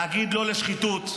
להגיד לא לשחיתות,